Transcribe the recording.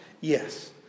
Yes